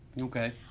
okay